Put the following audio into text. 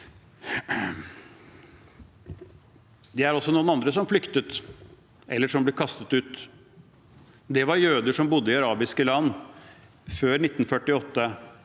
Det var også noen andre som flyktet, eller som ble kastet ut. Det var jøder som bodde i arabiske land før 1948,